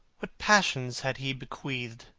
what passions had he bequeathed?